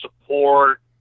support